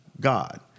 God